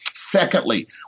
Secondly